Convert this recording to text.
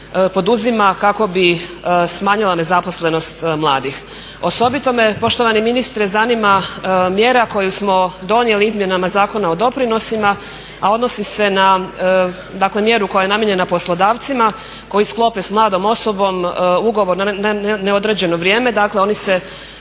poduzima kako bi smanjila nezaposlenost mladih. Osobito me poštovani ministre zanima mjera koju smo donijeli izmjenama Zakona o doprinosima, a odnosi se na mjeru koja je namijenjena poslodavcima koji sklope s mladom osobom ugovorom na neodređeno vrijeme, dakle oni se